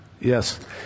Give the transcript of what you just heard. Yes